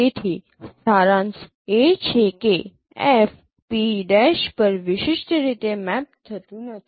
તેથી સારાંશ એ છે કે F P' પર વિશિષ્ટ રીતે મૅપ થતું નથી